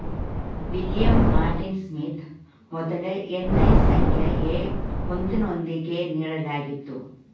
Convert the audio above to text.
William Martin Smith ಮೊದ್ಲ NI ಸಂಖ್ಯೆ A ಒಂದು ನೊಂದಿಗೆ ನೀಡಲಾಗಿತ್ತು